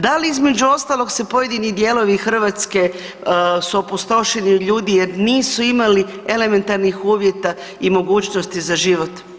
Da li između ostalog se pojedini dijelovi Hrvatske su opustošeni od ljudi jer nisu imali elementarnih uvjeta i mogućnosti za život?